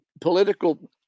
political